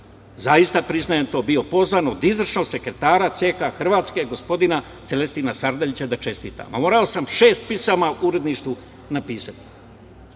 zaista priznajem, bio pozvan od izvršno sekretara CK Hrvatske, gospodina Celestina Sardalića da čestitam. Morao sam šest pisama uredništvu napisati.